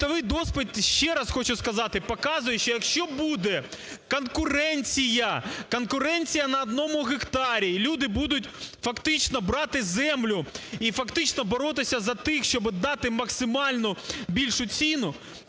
світовий досвід, ще раз хочу сказати, показує, що якщо буде конкуренція, конкуренція на одному гектарі і люди будуть фактично брати землю, і фактично боротися за тих, щоб дати максимально більшу ціну,